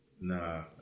Nah